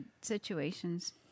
situations